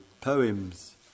poems